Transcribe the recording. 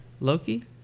Loki